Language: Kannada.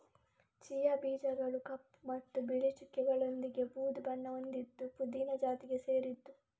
ಚಿಯಾ ಬೀಜಗಳು ಕಪ್ಪು ಮತ್ತು ಬಿಳಿ ಚುಕ್ಕೆಗಳೊಂದಿಗೆ ಬೂದು ಬಣ್ಣ ಹೊಂದಿದ್ದು ಪುದೀನ ಜಾತಿಗೆ ಸೇರಿದ್ದು